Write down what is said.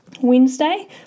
Wednesday